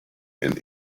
and